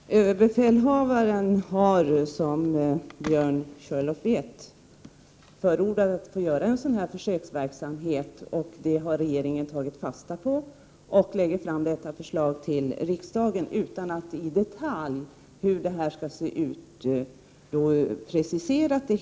Herr talman! Överbefälhavaren har, som Björn Körlof vet, förordat att en sådan här försöksverksamhet genomförs. Detta har regeringen tagit fasta på och lägger fram förslag härom till riksdagen, utan att i detalj ha preciserat hur den skall se ut.